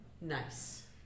nice